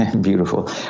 Beautiful